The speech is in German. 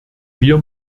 wir